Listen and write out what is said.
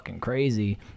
crazy